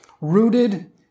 rooted